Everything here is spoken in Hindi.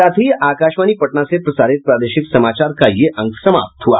इसके साथ ही आकाशवाणी पटना से प्रसारित प्रादेशिक समाचार का ये अंक समाप्त हुआ